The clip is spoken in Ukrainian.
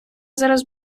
зараз